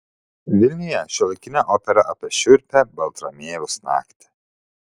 vilniuje šiuolaikinė opera apie šiurpią baltramiejaus naktį